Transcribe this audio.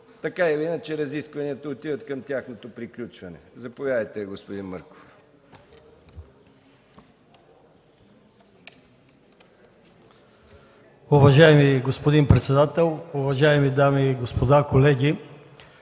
тъй като разискванията отиват към тяхното приключване. Заповядайте, господин Мърков.